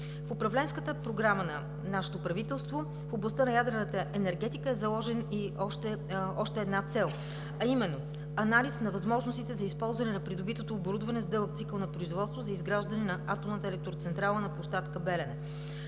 г. Управленската програма на нашето правителство в областта на ядрената енергетика е заложена и още една цел, а именно анализ на възможностите за използване на придобитото оборудване с дълъг цикъл на производство за изграждане на Атомната електроцентрала на площадка „Белене“.